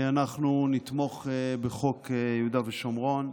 אנחנו נתמוך בחוק יהודה ושומרון.